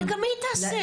אבל גם היא תעשה את זה.